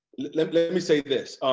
let let me say this,